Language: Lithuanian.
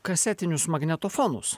kasetinius magnetofonus